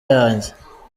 yanjye